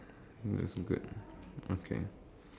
that's good okay